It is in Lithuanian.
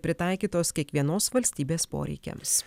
pritaikytos kiekvienos valstybės poreikiams